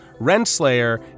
Renslayer